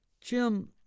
Jim